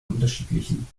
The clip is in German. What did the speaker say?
unterschiedlichen